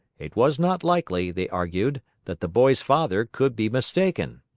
it was not likely, they argued, that the boy's father could be mistaken.